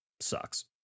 sucks